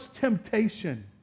temptation